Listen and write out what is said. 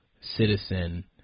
citizen